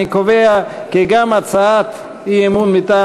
אני קובע כי גם הצעת האי-אמון מטעם